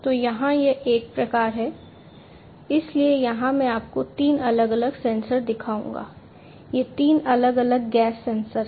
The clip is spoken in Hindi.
तो यहाँ यह एक प्रकार है इसलिए यहां मैं आपको तीन अलग अलग सेंसर दिखाऊंगा ये तीन अलग अलग गैस सेंसर हैं